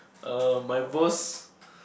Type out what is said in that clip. um my most